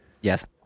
Yes